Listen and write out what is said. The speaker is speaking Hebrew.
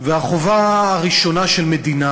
והחובה הראשונה של מדינה